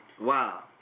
Wow